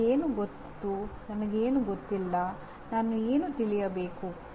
ನನಗೆ ಏನು ಗೊತ್ತು ನನಗೆ ಏನು ಗೊತ್ತಿಲ್ಲ ನಾನು ಏನು ತಿಳಿಯಬೇಕು